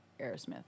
Aerosmith